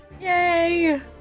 Yay